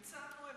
הצענו.